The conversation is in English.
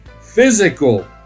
physical